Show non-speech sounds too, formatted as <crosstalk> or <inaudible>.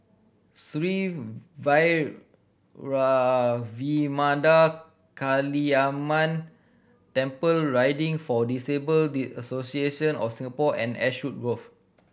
Sri <unintelligible> Kaliamman Temple Riding for Disabled <unintelligible> Association of Singapore and Ashwood Grove